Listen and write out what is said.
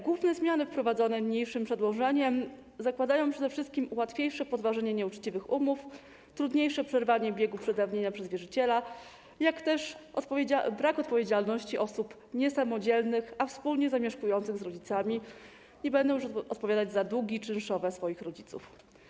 Główne zmiany wprowadzone niniejszym przedłożeniem zakładają przede wszystkim łatwiejsze podważenie nieuczciwych umów, trudniejsze przerwanie biegu przedawnienia przez wierzyciela, jak też brak odpowiedzialności osób niesamodzielnych, a wspólnie zamieszkujących z rodzicami - nie będą już odpowiadać za długi czynszowe swoich rodziców.